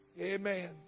Amen